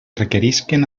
requerisquen